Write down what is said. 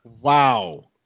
Wow